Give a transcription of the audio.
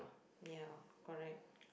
ya correct